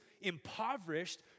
impoverished